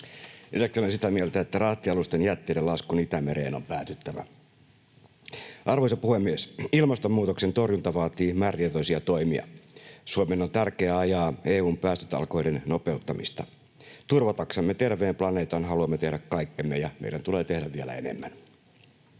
Lisäksi olen sitä mieltä, että rahtialusten jätteiden laskun Itämereen on päätyttävä. Arvoisa puhemies! Ilmastonmuutoksen torjunta vaatii määrätietoisia toimia. Suomen on tärkeää ajaa EU:n päästötalkoiden nopeuttamista. Haluamme tehdä kaikkemme, ja turvataksemme terveen planeetan meidän tulee tehdä vielä enemmän.